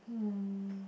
um